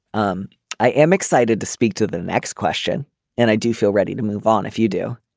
um i am excited to speak to the next question and i do feel ready to move on. if you do.